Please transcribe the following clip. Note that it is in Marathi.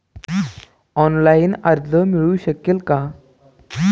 ऑनलाईन कर्ज मिळू शकेल का?